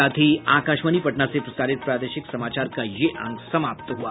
इसके साथ ही आकाशवाणी पटना से प्रसारित प्रादेशिक समाचार का ये अंक समाप्त हुआ